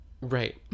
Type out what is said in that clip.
Right